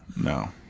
No